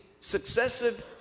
successive